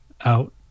out